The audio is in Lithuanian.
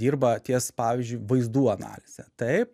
dirba ties pavyzdžiui vaizdų analize taip